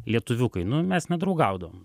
lietuviukai nu mes nedraugaudavom